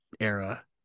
era